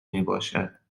میباشد